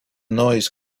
noise